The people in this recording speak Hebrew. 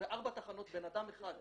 וארבע תחנות עם בן אדם אחד.